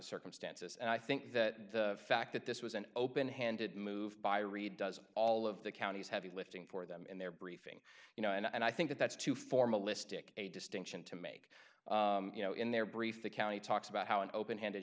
circumstances and i think that the fact that this was an open handed move by reed does all of the counties heavy lifting for them in their briefing you know and i think that's too formalistic a distinction to make you know in their briefs the county talks about how an open handed